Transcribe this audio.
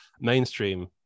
mainstream